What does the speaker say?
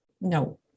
no